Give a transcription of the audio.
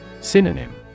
Synonym